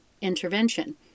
intervention